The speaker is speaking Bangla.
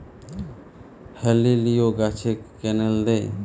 হেলিলিও গাছে ক্যানেল দেয়?